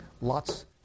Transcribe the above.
lots